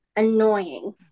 annoying